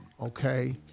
okay